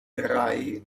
drei